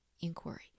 inquiry